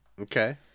Okay